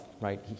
right